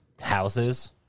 houses